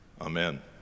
Amen